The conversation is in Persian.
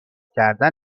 کردن